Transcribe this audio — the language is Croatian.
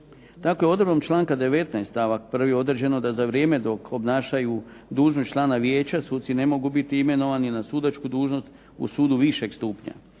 Tako je odredbom članka 19. stavak 1. određeno da za vrijeme dok obnašaju dužnost člana vijeća, suci ne mogu biti imenovani na sudačku dužnost u sudu višeg stupnja.